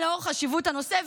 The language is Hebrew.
לאור חשיבות הנושא,